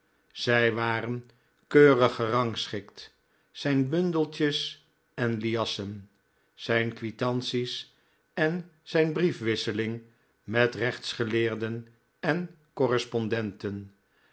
zij waren keurig gerangschikt zijn bundeltjes en liassen zijn kwitanties en zijn briefwisseling met rechtsgeleerden en correspondenten